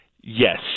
Yes